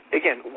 again